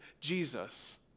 Jesus